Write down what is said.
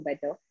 better